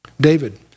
David